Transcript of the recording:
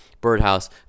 Birdhouse